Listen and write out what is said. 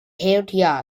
healthier